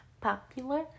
Popular